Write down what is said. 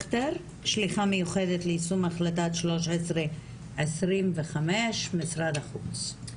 שליחה מיוחדת ליישום החלטת 1325. משרד החוץ.